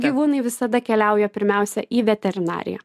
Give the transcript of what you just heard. gyvūnai visada keliauja pirmiausia į veterinariją